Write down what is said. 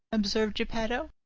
observed geppetto,